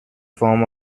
form